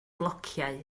flociau